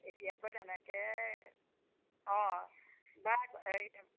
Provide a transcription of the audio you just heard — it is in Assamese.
এতিয়া আকৌ তেনেকৈ অঁ বেয়া হেৰি